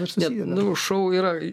nors ne nu šou yra